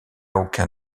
aucun